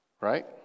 right